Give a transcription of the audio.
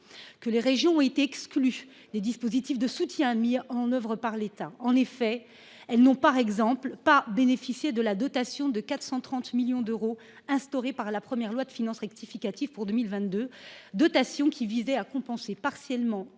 que les régions ont été exclues des dispositifs de soutien mis en œuvre par l’État. Ainsi, elles n’ont pas bénéficié de la dotation de 430 millions d’euros instaurée par la première loi de finances rectificative pour 2022, qui visait à compenser partiellement